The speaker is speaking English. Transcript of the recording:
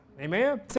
Amen